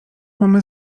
mamy